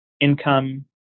income